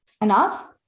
enough